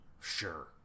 Sure